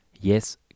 Yes